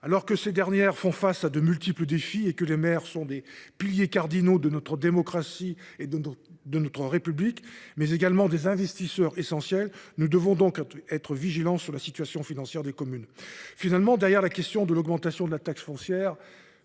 Alors que ces dernières font face à de multiples défis et que les maires sont des piliers cardinaux de notre démocratie et de notre République, mais également des investisseurs essentiels, nous devons nous montrer vigilants quant à la situation financière des communes. Se pose en définitive, derrière la question de l’augmentation de la taxe foncière,